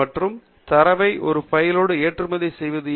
மற்றும் தரவை ஒரு பைலோடு ஏற்றுமதி செய்வது ஏன்